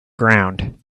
ground